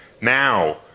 Now